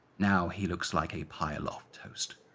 now he looks like a pile of toast.